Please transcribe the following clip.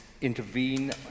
intervene